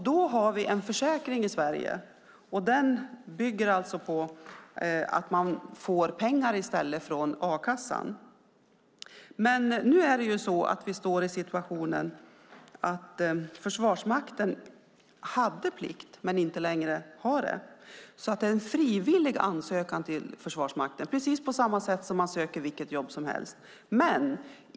Då har vi en försäkring i Sverige som bygger på att man i stället får pengar från a-kassan. Nu står vi dock i situationen att Försvarsmakten hade plikt men inte längre har det. Det är frivillig ansökan till Försvarsmakten, precis på samma sätt som man söker vilket jobb som helst.